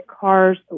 cars